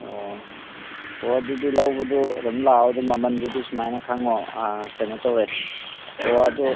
ꯑꯣ ꯑꯣ ꯑꯗꯨꯗꯤ ꯂꯧꯕꯗꯨ ꯑꯗꯨꯝ ꯂꯥꯛꯑꯣ ꯑꯗꯨ ꯃꯃꯟꯗꯨꯗꯤ ꯁꯨꯃꯥꯏꯅ ꯈꯪꯉꯣ ꯀꯩꯅꯣ ꯇꯧꯋꯦ ꯑꯣ ꯑꯗꯨ